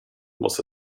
was